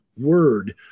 word